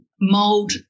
mold